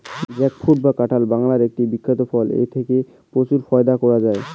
jackfruit বা কাঁঠাল বাংলার একটি বিখ্যাত ফল এবং এথেকে প্রচুর ফায়দা করা য়ায়